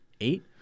Eight